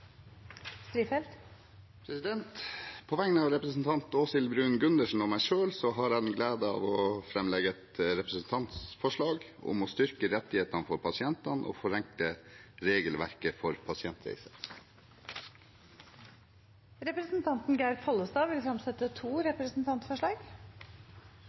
Strifeldt vil fremsette et representantforslag. På vegne av representanten Åshild Bruun-Gundersen og meg selv har jeg den glede å framlegge et representantforslag om å styrke rettighetene for pasientene og forenkle regelverket for pasientreiser. Representanten Geir Pollestad vil fremsette to